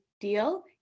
deal